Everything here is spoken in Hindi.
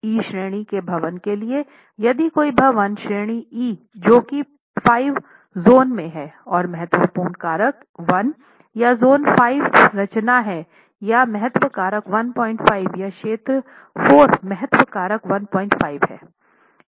ई श्रेणी के भवन के लिए यदि कोई भवन श्रेणी ई जो कि 5 ज़ोन है और महत्वपूर्ण कारक 1 या ज़ोन 5 संरचना है या महत्व कारक 15 या क्षेत्र 4 महत्व कारक 15 है